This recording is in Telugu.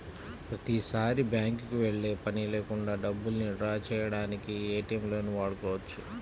ప్రతిసారీ బ్యేంకుకి వెళ్ళే పని లేకుండా డబ్బుల్ని డ్రా చేయడానికి ఏటీఎంలను వాడుకోవచ్చు